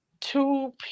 two